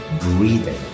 breathing